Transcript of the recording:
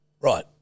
Right